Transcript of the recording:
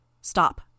Stop